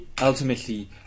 ultimately